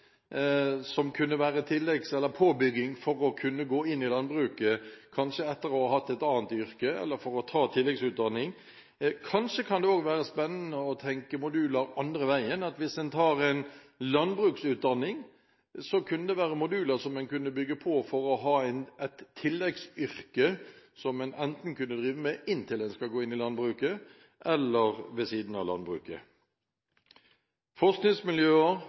som man kan ta som påbygging for å kunne gå inn i landbruket etter å ha hatt et annet yrke, eller for å ta tilleggsutdanning. Kanskje kan det også være spennende å tenke moduler andre veien: Hvis man tar en landbruksutdanning, kunne det være moduler som man kunne bygge på for å ha et tilleggsyrke, som man enten kunne drive med inntil man skal gå inn i landbruket – eller ha ved siden av landbruket. Forskningsmiljøer,